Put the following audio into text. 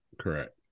Correct